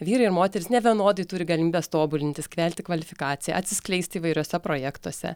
vyrai ir moterys nevienodai turi galimybes tobulintis kelti kvalifikaciją atsiskleisti įvairiuose projektuose